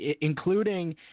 Including